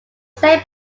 saint